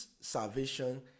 salvation